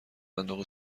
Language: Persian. صندوق